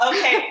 Okay